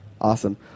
Awesome